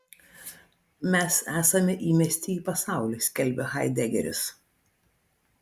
mes esame įmesti į pasaulį skelbia haidegeris